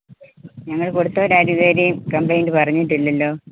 ഞങ്ങൾ കൊടുത്തവരാരും ഇത് വരെയും കംപ്ലൈൻ്റ പറഞ്ഞിട്ടില്ലല്ലോ